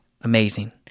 Amazing